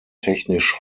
technisch